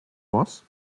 was